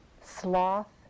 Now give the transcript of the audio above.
Sloth